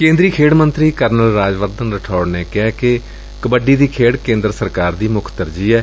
ਕੇਂਦਰੀ ਖੇਡ ਮੰਤਰੀ ਕਰਨਲ ਰਾਜ ਵਰਧਨ ਰਾਠੌੜ ਨੇ ਕਿਹੈ ਕਿ ਕਬੱਡੀ ਦੀ ਖੇਡ ਕੇਂਦਰ ਸਰਕਾਰ ਦੀ ਮੁੱਖ ਤਰਜੀਹ ਏ